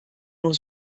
nur